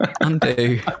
Undo